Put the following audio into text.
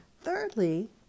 Thirdly